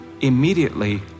immediately